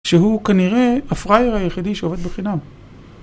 שהוא כנראה הפראייר היחידי שעובד בחינם.